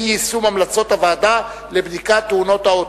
אי-יישום המלצות ועדה לבדיקת תאונת אוטובוס.